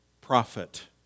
prophet